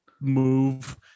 move